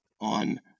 on